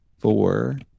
four